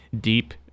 deep